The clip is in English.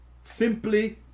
Simply